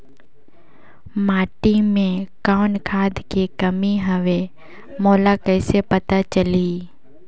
माटी मे कौन खाद के कमी हवे मोला कइसे पता चलही?